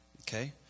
Okay